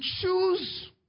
choose